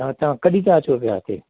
हा तव्हां कॾहिं था अचो पिया हिते